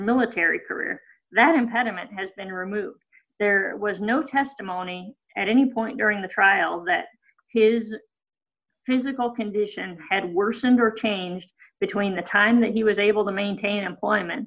military career that impediment has been removed there was no testimony at any point during the trial that is physical condition had worsened or changed between the time that he was able to maintain employment